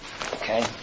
Okay